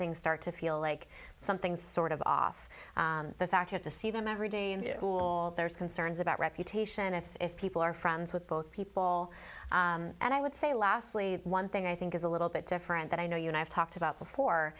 things start to feel like something's sort of off the fact that to see them every day all there's concerns about reputation if people are friends with both people and i would say lastly one thing i think is a little bit different that i know you and i have talked about before